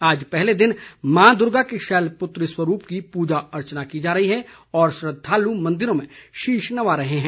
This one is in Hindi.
आज पहले दिन मां दुर्गा के शैलपुत्री स्वरूप की पूजा अर्चना की जा रही है और श्रद्वालु मंदिरों में शीश नवा रहे हैं